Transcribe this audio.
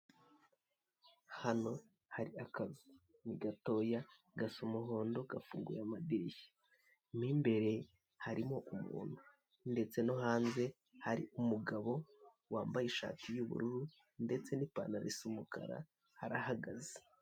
Hano hari akazu ni gatoya gasa umuhondo gafunguye amadirishya, mo imbere harimo umuntu ndetse no hanze hari umugabo wambaye ishati y'ubururu ndetse n'ipantaro isa umukara arahagaze.